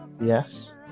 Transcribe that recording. Yes